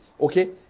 okay